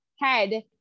head